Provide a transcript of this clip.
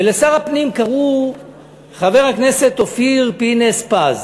ולשר הפנים קראו אופיר פינס-פז.